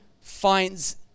finds